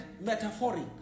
metaphoric